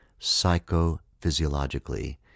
psychophysiologically